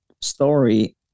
story